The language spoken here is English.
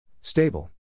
Stable